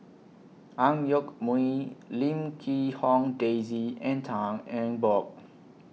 Ang Yoke Mooi Lim Quee Hong Daisy and Tan Eng Bock